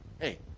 hey